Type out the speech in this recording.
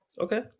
Okay